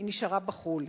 היא נשארה בחו"ל.